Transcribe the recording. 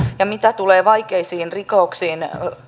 ja mitä tulee vaikeisiin rikoksiin